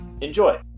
Enjoy